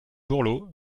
borloo